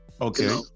Okay